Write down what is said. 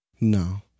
No